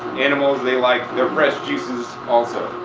animals they like their fresh juices also.